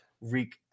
wreak